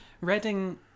Reading